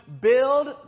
build